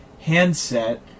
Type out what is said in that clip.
handset